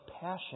passion